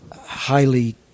highly